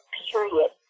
period